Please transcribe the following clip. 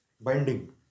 binding